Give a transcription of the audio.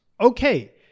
Okay